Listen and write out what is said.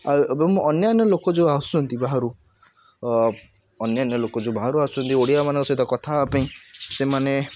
ଆଉ ଏବଂ ଅନ୍ୟାନ୍ୟ ଲୋକ ଯେଉଁ ଆସୁଛନ୍ତି ବାହାରୁ ଅନ୍ୟାନ୍ୟ ଲୋକ ଯେଉଁ ବାହାରୁ ଆସୁଛନ୍ତି ଓଡ଼ିଆମାନଙ୍କ ସହିତ କଥା ହେବା ପାଇଁ ସେମାନେ